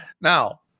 Now